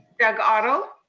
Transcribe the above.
doug otto.